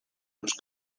sus